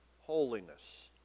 Holiness